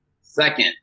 Second